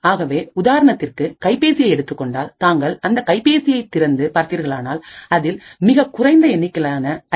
ஆகவே உதாரணத்திற்கு கைபேசியை எடுத்துக்கொண்டால் தாங்கள் அந்த கைபேசியை திறந்து பார்த்தீர்களானால் அதில் மிகக்குறைந்த எண்ணிக்கையிலான ஐ